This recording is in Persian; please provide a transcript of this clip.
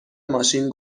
ماشین